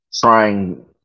trying